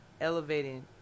elevating